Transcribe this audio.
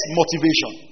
motivation